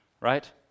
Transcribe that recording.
right